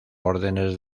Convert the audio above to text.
órdenes